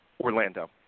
Orlando